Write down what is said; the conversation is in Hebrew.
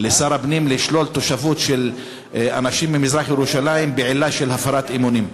לשר הפנים לשלול תושבות של אנשים ממזרח-ירושלים בעילה של הפרת אמונים.